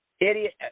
idiot